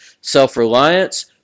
self-reliance